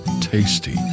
tasty